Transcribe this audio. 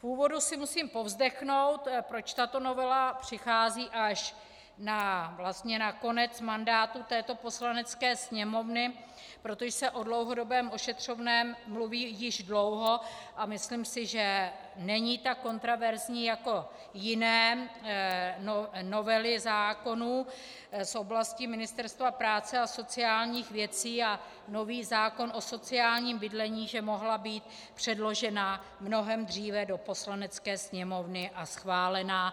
V úvodu si musím povzdechnout, proč tato novela přichází až na konec mandátu této Poslanecké sněmovny, protože se o dlouhodobém ošetřovném mluví již dlouho, a myslím si, že není tak kontroverzní jako jiné novely zákonů z oblasti Ministerstva práce a sociálních věcí a nový zákon o sociálním bydlení, že mohla být předložena mnohem dříve do Poslanecké sněmovny a schválena.